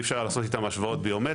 אי אפשר היה לעשות אתן השוואות ביומטריות.